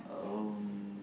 um